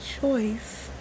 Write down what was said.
choice